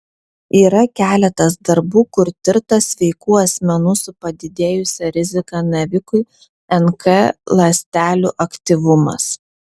yra keletas darbų kur tirtas sveikų asmenų su padidėjusia rizika navikui nk ląstelių aktyvumas